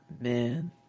man